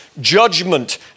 judgment